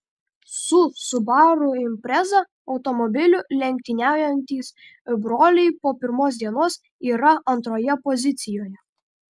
su subaru impreza automobiliu lenktyniaujantys broliai po pirmos dienos yra antroje pozicijoje